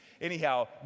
Anyhow